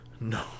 No